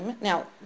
Now